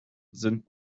sind